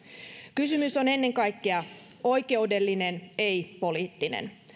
kysymys on ennen kaikkea oikeudellinen ei poliittinen